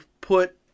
put